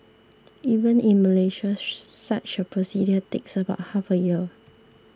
even in Malaysia such a procedure takes about half a year